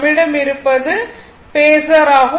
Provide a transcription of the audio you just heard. நம்மிடம் இருப்பது பேஸர் ஆகும்